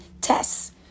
tests